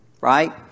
Right